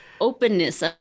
openness